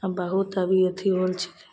बहुत अभी अथी होल छिकै